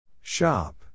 Shop